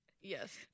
Yes